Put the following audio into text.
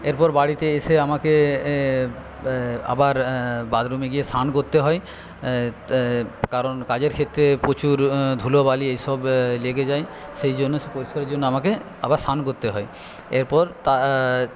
এরপর বাড়িতে এসে আমাকে আবার বাথরুমে গিয়ে সান করতে হয় কারণ কাজের ক্ষেত্রে প্রচুর ধুলো বালি এসব লেগে যায় সেইজন্য পরিষ্কারের জন্য আমাকে আবার স্নান করতে হয় এরপর